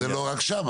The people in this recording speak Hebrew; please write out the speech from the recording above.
לא רק שם,